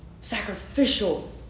sacrificial